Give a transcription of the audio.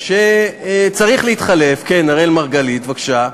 שצריך להתחלף, כן, אראל מרגלית, בבקשה,